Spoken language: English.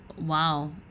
wow